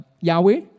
Yahweh